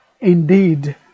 Indeed